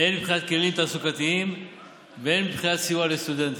הן מבחינת כלים תעסוקתיים והן מבחינת סיוע לסטודנטים.